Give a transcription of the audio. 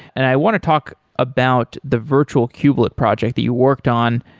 and i want to talk about the virtual kubelet project that you worked on.